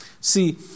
See